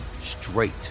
straight